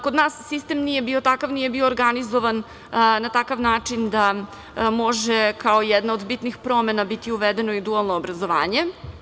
Kod nas sistem nije bio takav, nije bio organizovan na takav način da može kao jedna od bitnih promena biti uvedeno i dualno obrazovanje.